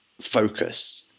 focus